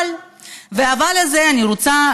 אבל, האבל הזה, אני רוצה